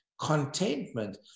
Contentment